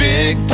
Big